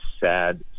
sad